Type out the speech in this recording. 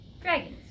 Dragons